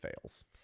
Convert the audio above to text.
fails